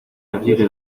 necesite